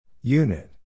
Unit